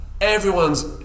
everyone's